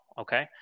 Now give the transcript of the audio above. Okay